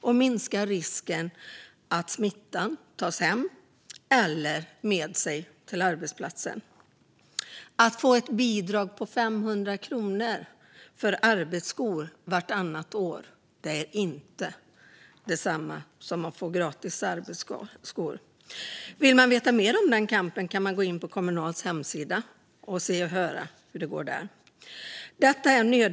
Det minskar också risken för att ta med smitta hem eller till arbetsplatsen. Att få ett bidrag till arbetsskor på 500 kronor vartannat år är inte detsamma som att få gratis arbetsskor. Vill man veta mer om denna kamp kan man gå in på Kommunals hemsida.